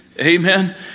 Amen